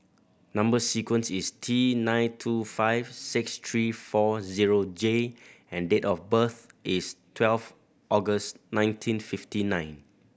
number sequence is T nine two five six three four zero J and date of birth is twelve August nineteen fifty nine